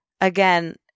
Again